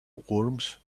worms